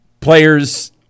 players